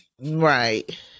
Right